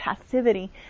passivity